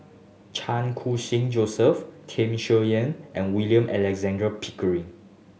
Chan Koo Sing Joseph Tham Sien Yen and William Alexander Pickering